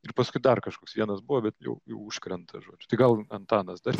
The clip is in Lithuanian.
ir paskui dar kažkoks vienas buvo bet jau jau užkrenta žodžiu tai gal antanas dar